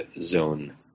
zone